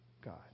God